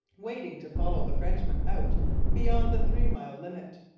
waiting to follow the frenchmen out beyond the three-mile limit.